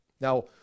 Now